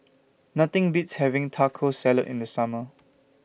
Nothing Beats having Taco Salad in The Summer